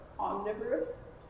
omnivorous